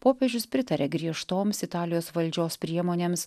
popiežius pritarė griežtoms italijos valdžios priemonėms